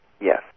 Yes